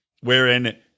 wherein